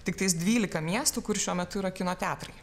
tiktais dvylika miestų kur šiuo metu yra kino teatrai